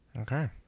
Okay